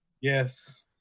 Yes